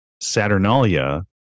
Saturnalia